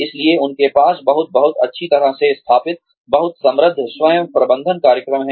इसलिए उनके पास बहुत बहुत अच्छी तरह से स्थापित बहुत समृद्ध स्व प्रबंधन कार्यक्रम है